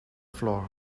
floor